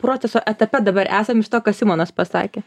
proceso etape dabar esam iš to ką simonas pasakė